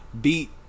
beat